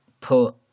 put